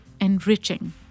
enriching